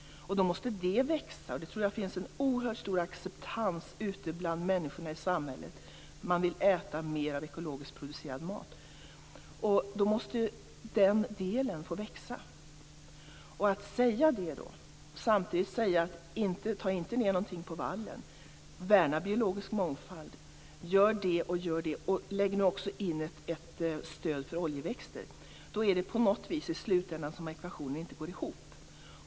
Då måste det växa. Det tror jag att det finns en oerhört stor acceptans för ute bland människorna i samhället. Man vill äta mer ekologiskt producerad mat. Då måste den delen få växa. Man kan inte säga det och samtidigt säga: Ta inte ned någonting på vallen, värna biologisk mångfald, gör det och gör det och lägg nu också in ett stöd för oljeväxter! I slutändan går den ekvationen på något vis inte ihop.